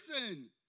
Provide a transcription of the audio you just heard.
person